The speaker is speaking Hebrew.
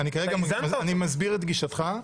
אני מסביר את גישתך.